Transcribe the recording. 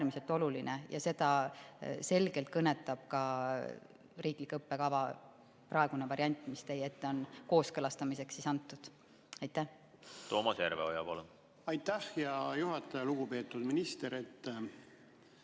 ja seda selgelt kajastab ka riikliku õppekava praegune variant, mis teie ette on kooskõlastamiseks antud. Toomas